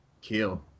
Kill